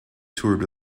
toured